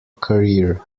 career